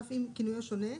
אף אם כינויו שונה,